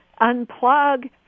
Unplug